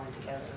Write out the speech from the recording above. together